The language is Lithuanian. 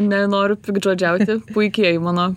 nenoriu piktžodžiauti puikieji mano